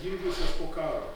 dingusios po karo